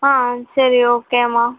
ஆ ஆ சரி ஓகேம்மா